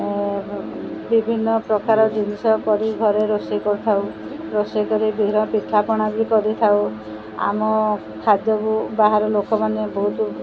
ବିଭିନ୍ନ ପ୍ରକାର ଜିନିଷ କରି ଘରେ ରୋଷେଇ କରିଥାଉ ରୋଷେଇ କରି ବିଭିନ୍ନ ପିଠାପଣା ବି କରିଥାଉ ଆମ ଖାଦ୍ୟକୁ ବାହାର ଲୋକମାନେ ବହୁତ